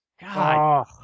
God